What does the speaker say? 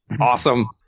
Awesome